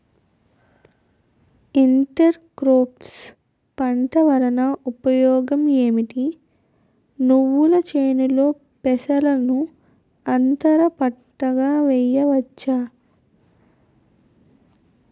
Inter crops పంట వలన ఉపయోగం ఏమిటి? నువ్వుల చేనులో పెసరను అంతర పంటగా వేయవచ్చా?